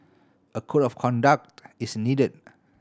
a code of conduct is needed